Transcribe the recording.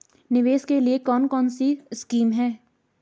निवेश के लिए कौन कौनसी स्कीम हैं?